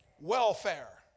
Welfare